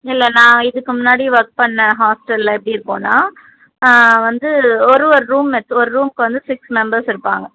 இல்லை நான் இதுக்கு முன்னாடி ஒர்க் பண்ண ஹாஸ்டலில் எப்படி இருக்குன்னால் வந்து ஒரு ஒரு ரூம்மெட்ஸ் ஒரு ரூமுக்கு வந்து சிக்ஸ் மெம்பர்ஸ் இருப்பாங்க